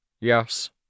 Yes